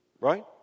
right